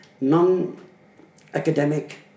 non-academic